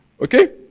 Okay